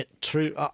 true